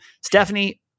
Stephanie